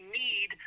need